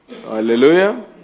Hallelujah